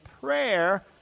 prayer